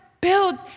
build